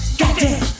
goddamn